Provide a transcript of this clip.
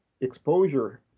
exposure